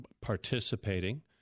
participating